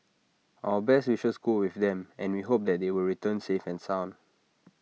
our best wishes go with them and we hope that they will return safe and sound